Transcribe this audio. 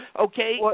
okay